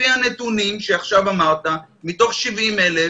לפי הנתונים שעכשיו אמרת, מתוך 70,000,